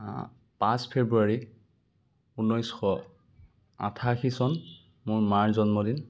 আ পাঁচ ফ্ৰেব্ৰুৱাৰী ঊনৈছশ আঠাশী চন মোৰ মাৰ জন্মদিন